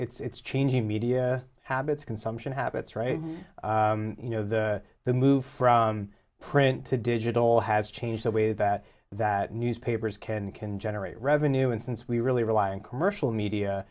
's changing media habits consumption habits right you know the the move from print to digital has changed the way that that newspapers can can generate revenue and since we really rely in commercial media